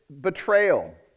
betrayal